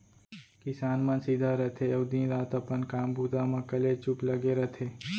किसान मन सीधा रथें अउ दिन रात अपन काम बूता म कलेचुप लगे रथें